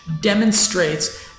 demonstrates